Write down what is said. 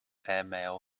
airmail